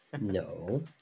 no